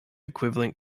equivalent